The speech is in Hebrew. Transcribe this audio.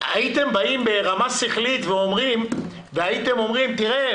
הייתם באים ברמה שכלית והייתם אומרים: תראה,